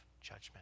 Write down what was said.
judgment